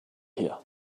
here